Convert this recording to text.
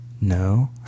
no